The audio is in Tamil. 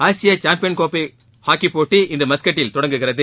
ஆசிய சாம்பியன் கோப்பை ஹாக்கி போட்டி இன்று மஸ்கட்டில் தொடங்குகிறது